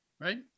right